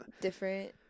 Different